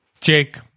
Jake